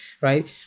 right